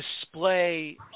display